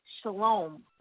Shalom